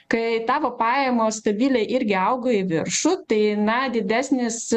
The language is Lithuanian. kai tavo pajamos stabiliai irgi auga į viršų tai na didesnis